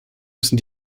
müssen